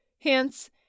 Hence